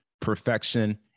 perfection